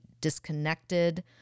disconnected